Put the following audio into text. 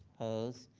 opposed?